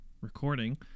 recording